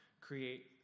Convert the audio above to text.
create